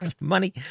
money